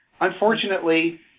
unfortunately